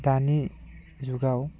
दानि जुगाव